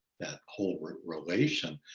that whole word relation.